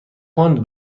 پوند